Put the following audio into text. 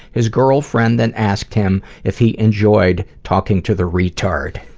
his girlfriend then asked him if he enjoyed talking to the retard.